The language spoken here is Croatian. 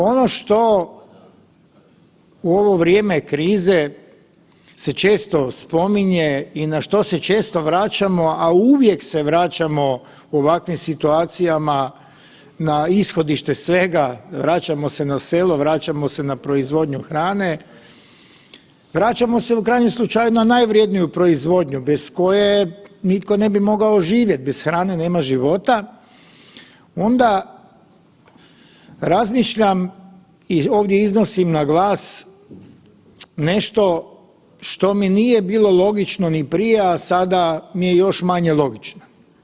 Ono što u ovo vrijeme krize se često spominje i na što se često vraćamo, a uvijek se vraćamo u ovakvim situacijama na ishodište svega, vraćamo se na selo, vraćamo se na proizvodnju hrane, vraćamo se u krajnjem slučaju na najvredniju proizvodnju bez koje nitko ne bi mogao živjet, bez hrane nema života, onda razmišljam i ovdje iznosim na glas nešto što mi nije logično ni prije, a sada mi je još manje logično.